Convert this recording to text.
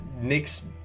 Nick's